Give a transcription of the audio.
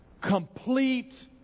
complete